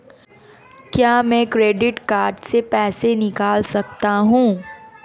क्या मैं credit card से पैसे निकाल सकता हूँ?